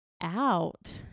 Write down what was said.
out